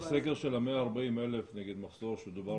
הסקר של ה-140,000 נגיד מחסור שדובר